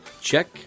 check